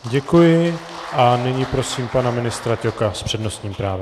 Děkuji a nyní prosím pana ministra Ťoka s přednostním právem.